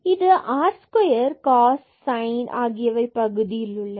fxyxy3x2y2xy≠00 0xy00 fxy 0fx000fy000⁡ மற்றும் இது r square cos மற்றும் sin பகுதியில் உள்ளது